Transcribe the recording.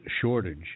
shortage